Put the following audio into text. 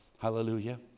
Hallelujah